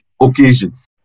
occasions